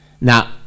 Now